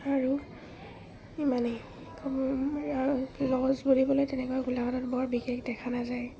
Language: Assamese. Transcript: আৰু ইমানেই লজ বুলিবলৈ তেনেকুৱা গোলাঘাটত বৰ বিশেষ দেখা নাযায়